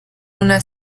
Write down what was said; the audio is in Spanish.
una